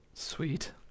Sweet